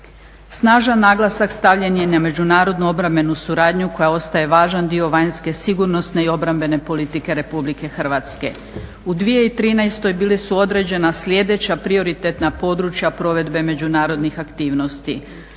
Snažan naglasak stavljen je na međunarodnu obrambenu suradnju koja ostaje važan dio vanjske sigurnosne i obrambene politike Republike Hrvatske. U 2013. bila su određena sljedeća prioritetna područja provedbe međunarodnih aktivnosti